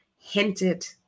hinted